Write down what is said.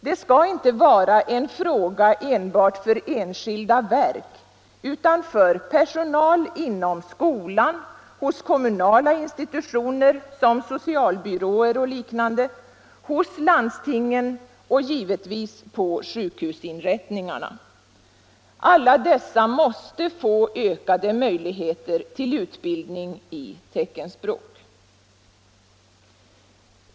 Det skall inte vara en fråga enbart för enskilda verk utan för personal inom skolan, hos kommunala institutioner — socialbyårer och liknande — samt hos landstingen och givetvis på sjukvårdsinrättningarna. Alla dessa måste få ökade möjligheter till utbildning i teckenspråk.